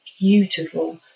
beautiful